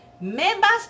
Members